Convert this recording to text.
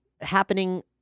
happening